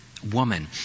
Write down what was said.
Woman